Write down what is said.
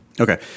Okay